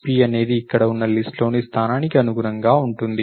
P అనేది ఇక్కడ ఉన్న లిస్ట్ లోని స్థానానికి అనుగుణంగా ఉంటుంది